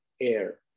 air